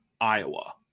Iowa